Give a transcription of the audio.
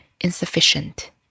insufficient